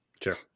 Sure